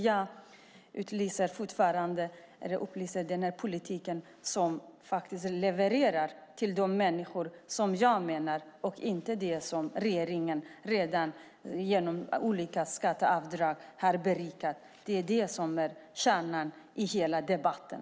Jag efterlyser en politik som levererar till de människor som jag avser och inte till dem som regeringen redan genom olika skatteavdrag har gjort rikare. Det är kärnan i hela debatten.